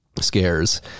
scares